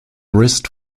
wrist